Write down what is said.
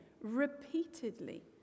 repeatedly